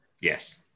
yes